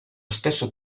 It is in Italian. stesso